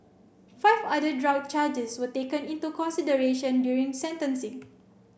five other drug charges were taken into consideration during sentencing